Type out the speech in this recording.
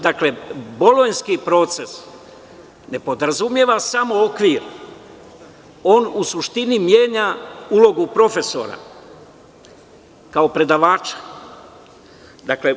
Dakle, bolonjski proces ne podrazumeva samo okvir, on u suštini menja ulogu profesora kao predavača.